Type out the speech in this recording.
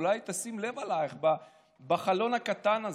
אולי היא תשים לב אלייך בחלון הקטן הזה.